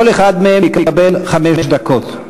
כל אחד מהם יקבל חמש דקות.